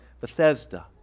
Bethesda